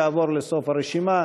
יעבור לסוף הרשימה,